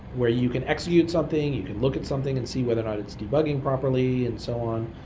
where you can execute something, you can look at something and see whether or not it's debugging properly and so on.